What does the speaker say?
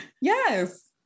Yes